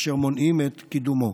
אשר מונעים את קידומו.